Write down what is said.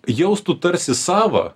jaustų tarsi savą